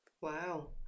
Wow